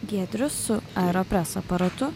giedrius su airopres aparatu